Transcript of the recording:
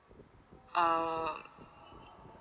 oh